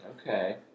Okay